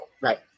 Right